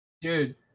Dude